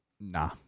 Nah